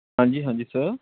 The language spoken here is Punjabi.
ਹਾਂਜੀ ਹਾਂਜੀ ਸਰ